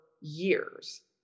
years